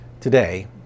Today